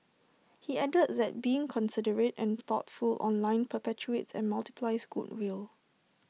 he added that being considerate and thoughtful online perpetuates and multiples goodwill